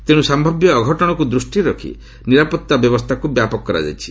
ତେଣୁ ସୟାବ୍ୟ ଅଘଟଣକୁ ଦୃଷ୍ଟିରେ ରଖି ନିରାପତ୍ତା ବ୍ୟବସ୍ଥାକୁ ବ୍ୟାପକ କରାଯାଇଛି